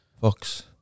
fox